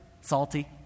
salty